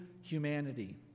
humanity